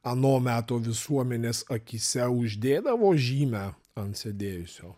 ano meto visuomenės akyse uždėdavo žymę ant sėdėjusio